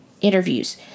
interviews